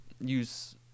Use